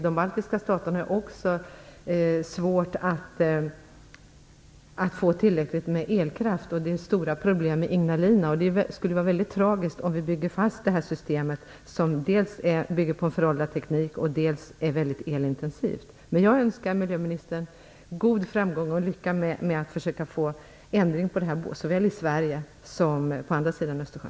De baltiska staterna har också svårt att få tillräckligt med elkraft, och det är stora problem med Ignalina. Det skulle vara väldigt tragiskt om vi bygger fast detta system som dels bygger på föråldrad teknik, dels är väldigt elintensivt. Jag önskar miljöministern god framgång och lycka med att försöka få en ändring till stånd såväl i Sverige som på andra sidan Östersjön.